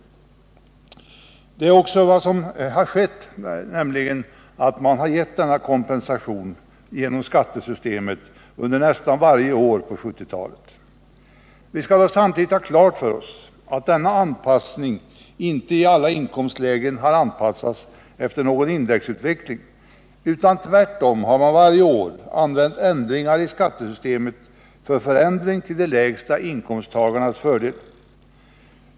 Detta är också vad som har skett nästan varje år under 1970-talet. Vi skall dock samtidigt ha klart för oss att denna anpassning inte i alla inkomstlägen har formats efter någon indexutveckling, utan tvärtom har man varje år garnas fördel.